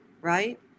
right